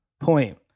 point